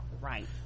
right